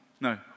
No